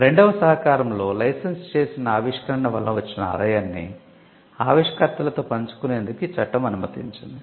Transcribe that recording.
రెండవ సహకారంలో లైసెన్స్ చేసిన ఆవిష్కరణ వలన వచ్చిన ఆదాయాన్ని ఆవిష్కర్తలతో పంచుకునేందుకు ఈ చట్టం అనుమతించింది